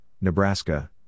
Nebraska